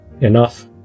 enough